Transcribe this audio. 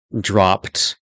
dropped